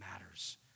matters